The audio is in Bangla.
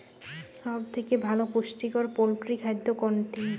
সব থেকে ভালো পুষ্টিকর পোল্ট্রী খাদ্য কোনটি?